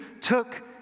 took